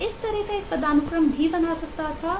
मैं इस तरह का एक पदानुक्रम भी बना सकता था